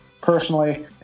personally